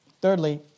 Thirdly